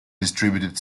distributed